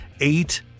eight